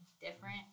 different